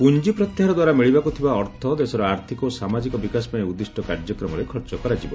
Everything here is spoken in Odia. ପୁଞ୍ଜି ପ୍ରତ୍ୟାହାର ଦ୍ୱାରା ମିଳିବାକୁ ଥିବା ଅର୍ଥ ଦେଶର ଆର୍ଥିକ ଓ ସାମାଜିକ ବିକାଶ ପାଇଁ ଉଦ୍ଦିଷ୍ଟ କାର୍ଯ୍ୟକ୍ରମରେ ଖର୍ଚ୍ଚ କରାଯିବ